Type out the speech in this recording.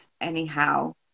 anyhow